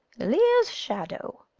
lear's shadow.